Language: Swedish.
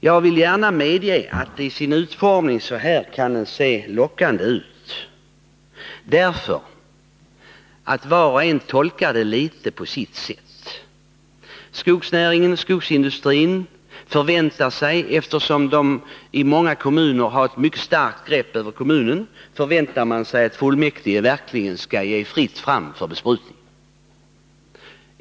Jag vill gärna medge att i sin utformning kan den ordningen se lockande ut därför att var och en tolkar den på sitt sätt. Skogsindustrin och hela skogsnäringen förväntar sig — eftersom man i många fall har ett mycket starkt grepp över kommunerna — att fullmäktige verkligen skall ge fritt fram för besprutning.